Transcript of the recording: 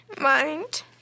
mind